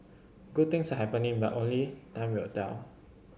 good things are happening but only time will tell